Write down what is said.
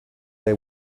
they